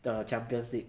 the champions league